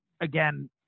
again